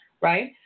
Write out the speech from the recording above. right